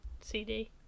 CD